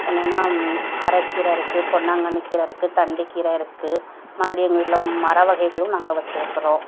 என்னென்னா அரைக்கீர இருக்குது பொன்னாங்கண்ணிக்கீரை இருக்குது தண்டுக்கீரை இருக்குது மறுபடி எங்கள் வீட்டில் மரவகைகளும் நாங்கள் வச்சுருக்கிறோம்